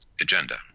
agenda